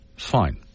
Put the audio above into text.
fine